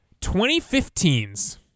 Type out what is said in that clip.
2015's